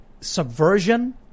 subversion